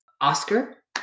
Oscar